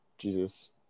Jesus